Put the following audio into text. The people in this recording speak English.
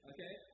Okay